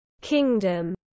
kingdom